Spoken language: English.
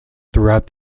throughout